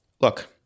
look